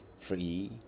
free